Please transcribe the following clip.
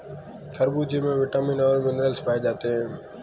खरबूजे में विटामिन और मिनरल्स पाए जाते हैं